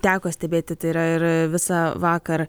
teko stebėti tai yra ir visą vakar